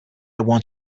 want